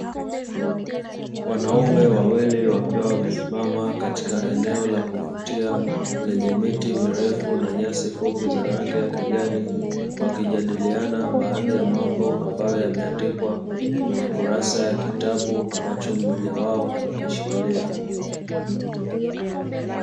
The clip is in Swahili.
Wanaume wawili wakiwa wamesimama katika eneo la kuvutia lenye miti mirefu na nyasi fupi za rangi ya kijani, wakijadiliana baadhi ya mambo ambayo yameandikwa kwenye kurasa za kitabu ambacho mmoja wao amekishikilia.